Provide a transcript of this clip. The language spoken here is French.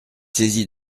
saisi